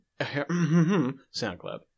soundcloud